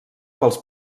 pels